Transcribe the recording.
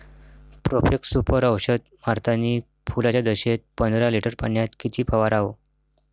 Profex Super औषध मारतानी फुलाच्या दशेत पंदरा लिटर पाण्यात किती फवाराव?